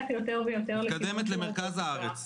יותר ויותר --- מתקדמת למרכז הארץ,